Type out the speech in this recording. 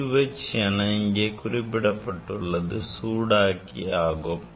UH என இங்கே குறிப்பிடப்பட்டுள்ளது சூடாக்கி ஆகும்